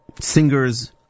singers